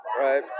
Right